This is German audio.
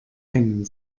kennen